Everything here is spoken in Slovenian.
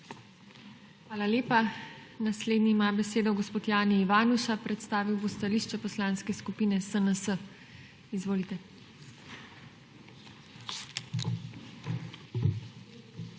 Hvala lepa. Naslednji ima besedo gospod Jani Ivanuša, predstavil bo stališče Poslanske skupine SNS. Izvolite.